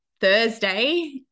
Thursday